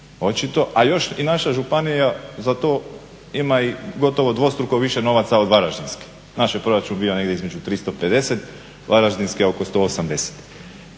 je. A još i naša županija za to ima i gotovo dvostruko više novaca od Varaždinske. Naš je proračun bio negdje između 350, Varaždinske oko 180.